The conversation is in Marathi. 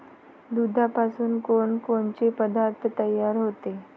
दुधापासून कोनकोनचे पदार्थ तयार होते?